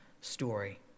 story